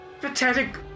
pathetic